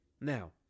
Now